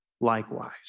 likewise